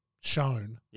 shown